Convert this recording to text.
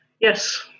Yes